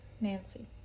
Nancy